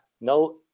no